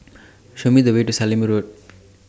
Show Me The Way to Sallim Road